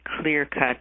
clear-cut